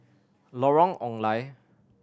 Lorong Ong Lye